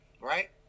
right